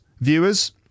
viewers